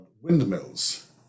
windmills